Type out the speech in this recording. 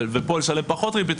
ופה לשלם פחות ריבית,